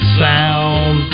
sound